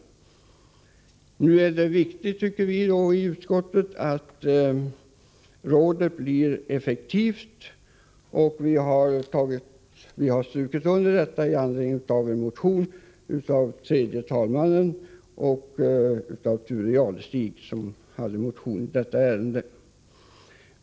Det är viktigt, tycker viiutskottet, att rådet blir effektivt, och vi har strukit under detta i anledning av en motion av tredje vice talmannen Karl Erik Eriksson och Thure Jadestig i detta ärende.